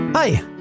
Hi